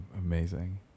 amazing